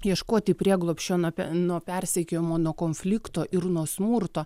ieškoti prieglobsčio nuo nuo persekiojimo nuo konflikto ir nuo smurto